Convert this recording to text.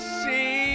see